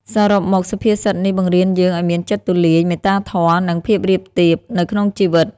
សរុបមក សុភាសិតនេះបង្រៀនយើងឱ្យមានចិត្តទូលាយ មេត្តាធម៌ និងភាពរាបទាប នៅក្នុងជីវិត។